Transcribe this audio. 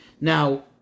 Now